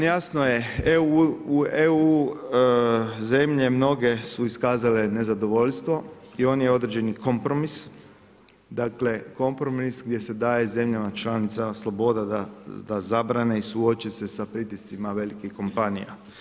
Mnoge zemlje EU-a su iskazale nezadovoljstvo i onaj određeni kompromis, dakle kompromis gdje se daje zemljama članicama sloboda da zabrane i suoče se s pritiscima velikih kompanija.